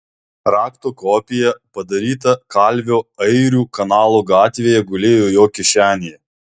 rakto kopija padaryta kalvio airių kanalo gatvėje gulėjo jo kišenėje